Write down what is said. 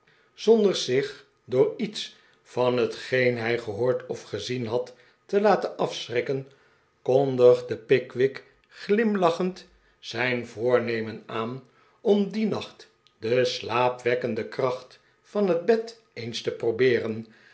zonder zich door iets van hetgeen hij gehoord of gezien had te laten afschrikken kondigde pickwick glimlachend zijn voornemen aan om dien nacht de slaapverwekkende kracht van het bed eens te probeeren